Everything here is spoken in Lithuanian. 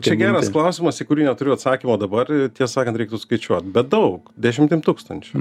čia geras klausimas į kurį neturiu atsakymo dabar tiesą sakant reiktų skaičiuot bet daug dešimtim tūkstančių